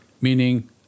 meaning